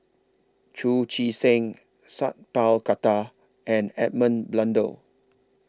Chu Chee Seng Sat Pal Khattar and Edmund Blundell